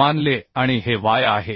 मानले आणि हे y आहे